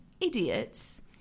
idiots